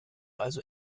also